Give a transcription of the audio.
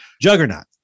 juggernaut